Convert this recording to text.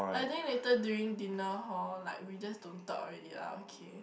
I think later during dinner hor like we just don't talk already lah okay